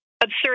Absurd